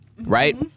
right